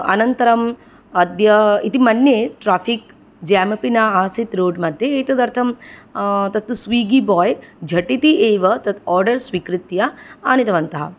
अनन्तरम् अद्य इति मन्ये ट्राफिक् ज़ेम् अपि नासीत् रोड् मध्ये एतदर्थं तत्तु स्विगि बाय् झटिति एव तत् आर्डर स्वीकृत्य आनीतवन्तः